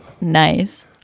Nice